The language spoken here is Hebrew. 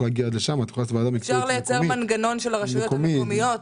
אפשר לייצר מנגנון של הרשויות המקומיות,